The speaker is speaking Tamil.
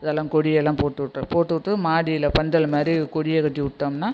அதெல்லாம் கொடியெல்லாம் போட்டுவிட்டு போட்டுவிட்டு மாடியில் பந்தல் மாதிரி கொடியை கட்டிவிட்டமுனா